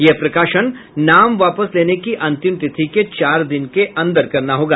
यह प्रकाशन नाम वापस लेने की अंतिम तिथि के चार दिन के अंदर करना होगा